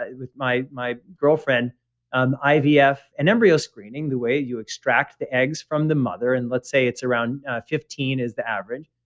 ah with my my girlfriend and ivf yeah and embryo screening the way you extract the eggs from the mother, and let's say it's around fifteen is the average.